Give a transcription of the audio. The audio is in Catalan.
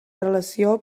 relació